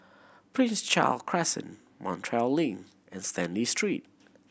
Prince Charles Crescent Montreal Link and Stanley Street